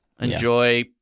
enjoy